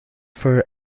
for